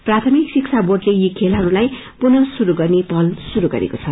प्राथमिक शिक्षा बोंडले योखेलहरूलाई पुनः शुय गर्ने पहल गरेको छ